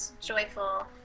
joyful